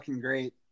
great